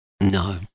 No